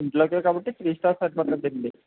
ఇంట్లోకే కాబట్టి three star సరిపోతుందండి